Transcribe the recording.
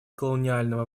колониального